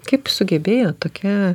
kaip sugebėjo tokia